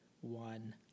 one